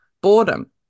boredom